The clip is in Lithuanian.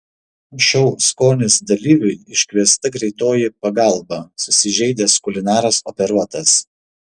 šou skonis dalyviui iškviesta greitoji pagalba susižeidęs kulinaras operuotas